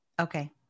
Okay